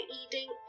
eating